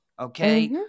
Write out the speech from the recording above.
okay